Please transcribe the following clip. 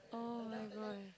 [oh]-my-god